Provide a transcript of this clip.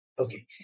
Okay